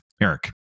eric